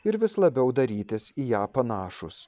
ir vis labiau darytis į ją panašūs